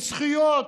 זכויות,